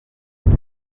away